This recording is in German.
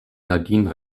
nadine